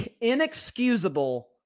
inexcusable